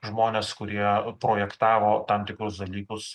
žmonės kurie projektavo tam tikrus dalykus